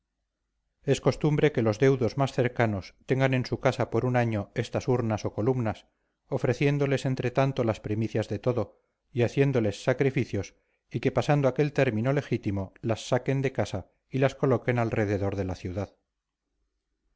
es costumbre que los deudos más cercanos tengan en su casa por un año estas urnas o columnas ofreciéndoles entre tanto las primicias de todo y haciéndoles sacrificios y que pasado aquel término legítimo las saquen de casa y las coloquen alrededor de la ciudad